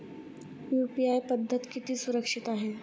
UPI पद्धत किती सुरक्षित आहे?